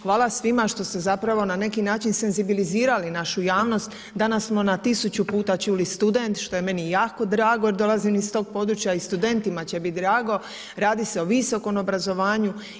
Hvala svima što ste zapravo na neki način senzibilizirali našu javnost, danas smo na 1000 puta čuli student što je meni jako drago, jer dolazim iz tog područja i studentima će biti drago, radi se o visokom obrazovanju.